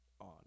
on